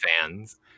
fans